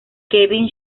kevin